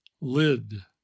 Lid